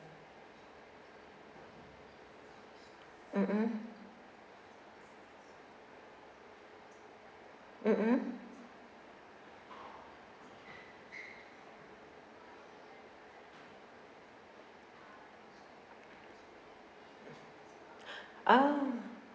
mm mm ah